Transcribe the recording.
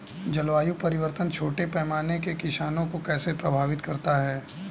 जलवायु परिवर्तन छोटे पैमाने के किसानों को कैसे प्रभावित करता है?